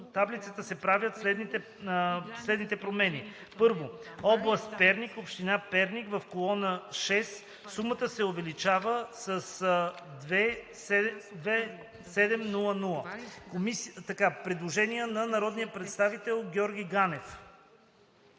таблицата, се правят следните промени: 1. Област Перник, община Перник – в колона 6 сумата се увеличава с „2 700,0“.“ Предложение на народния представител Георги Ганев.